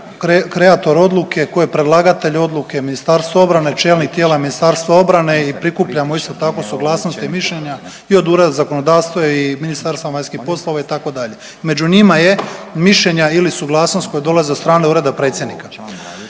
kreator odluke, tko je predlagatelj odluke Ministarstvo obrane, čelnik tijela Ministarstva obrane i prikupljamo isto tako suglasnost i mišljenja i od Ureda za zakonodavstvo i Ministarstva vanjskih poslova itd. Među njima je mišljenja ili suglasnost koje dolaze od strane Ureda predsjednika